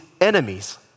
enemies